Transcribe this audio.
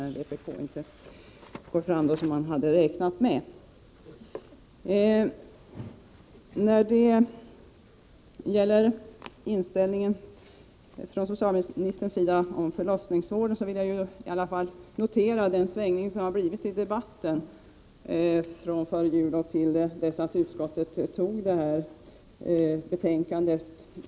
Beträffande frågan om förlossningsvården, som socialministern berörde i sitt anförande, noterar jag den svängning som har skett i debatten från tiden före jul till dess att utskottet antog och justerade föreliggande betänkande.